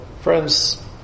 Friends